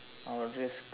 I would risk